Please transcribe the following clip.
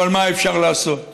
אבל מה אפשר לעשות?